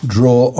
Draw